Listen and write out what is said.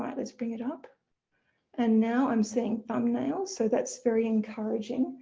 let's bring it up and now i'm seeing thumbnails. so that's very encouraging.